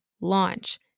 launch